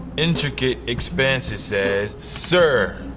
intricate expanses says sir,